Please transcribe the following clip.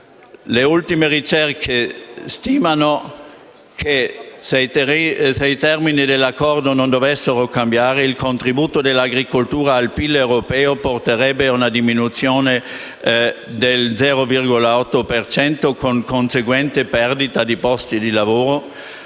Le ultime ricerche stimano che - se i termini dell'accordo non dovessero cambiare - il contributo dell'agricoltura al PIL europeo porterebbe ad una diminuzione dello 0,8 per cento, con conseguente perdita di posti di lavoro,